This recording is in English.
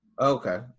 Okay